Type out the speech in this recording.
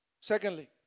Secondly